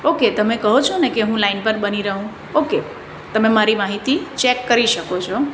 okay તમે કહો છો ને કે હું લાઇન પર બની રહું ઓકે તમે મારી માહિતી ચેક કરી શકો છો